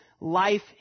life